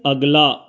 ਅਗਲਾ